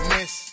Miss